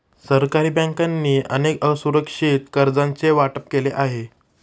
सरकारी बँकांनी अनेक असुरक्षित कर्जांचे वाटप केले आहे